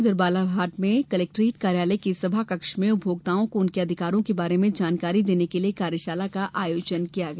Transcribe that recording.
उधर बालाघाट में कलेक्ट्रेट कार्यालय के सभाकक्ष में उपभोक्ताओं को उनके अधिकारों के बारे में जानकारी देने के लिए कार्यशाला का आयोजन किया गया